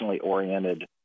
oriented